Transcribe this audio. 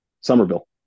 Somerville